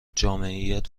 جامعیت